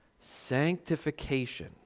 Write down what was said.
sanctification